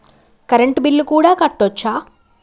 Current bill కూడా కట్టొచ్చా?